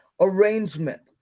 arrangement